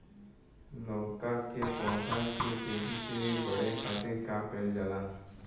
लउका के पौधा के तेजी से बढ़े खातीर का कइल जाला?